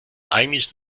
eigentlich